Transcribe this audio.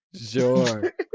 Sure